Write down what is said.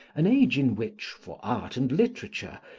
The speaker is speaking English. an age in which, for art and literature,